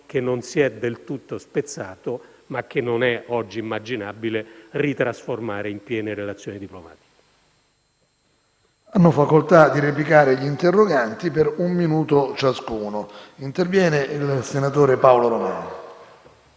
che non si è del tutto spezzato, ma che oggi non è immaginabile ritrasformare in piene relazioni diplomatiche.